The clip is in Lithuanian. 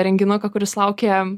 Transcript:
renginuką kuris laukia